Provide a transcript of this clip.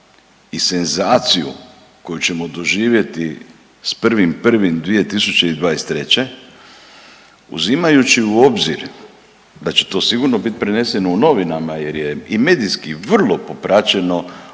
i senzaciju koju ćemo doživjeti s 1.1.2023. uzimajući u obzir da će to sigurno biti preneseno u novinama jer je i medijski vrlo popraćeno